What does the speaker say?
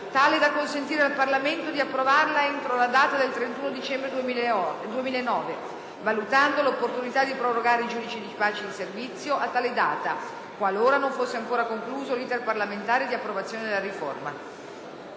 tale da consentire al Parlamento di approvarla entro la data del 31 dicembre 2009, valutando l’opportunita` di prorogare i giudici di pace in servizio a tale data qualora non fosse ancora concluso l’iter parlamentare di approvazione della riforma».